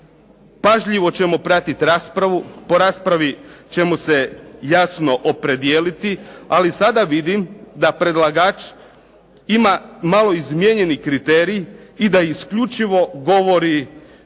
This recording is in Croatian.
Pažljivo ćemo pratiti raspravu, po raspravi ćemo se jasno opredijeliti ali sada vidim da predlagač ima malo izmijenjeni kriterij i da isključivo govori samo